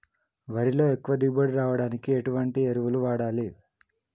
వరిలో ఎక్కువ దిగుబడి రావడానికి ఎటువంటి ఎరువులు వాడాలి?